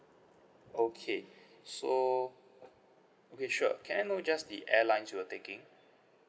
okay so okay sure can I know just the airlines you was taking